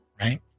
right